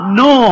no